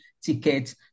ticket